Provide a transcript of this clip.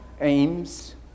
aims